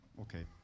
Okay